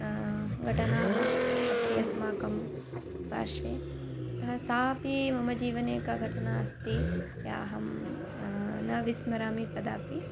घटनाः अस्ति अस्माकं पार्श्वे अतः सा अपि मम जीनवे एका घटना अस्ति या अहंं न विस्मरामि कदापि